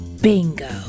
Bingo